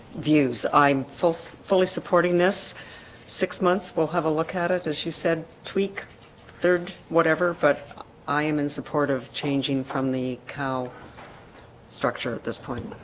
views i'm full fully supporting this six months, we'll have a look at it as you said tweak third, whatever but i am in support of changing from the cow structure at this point